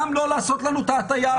גם לא לעשות לנו את ההטעיה הזאת.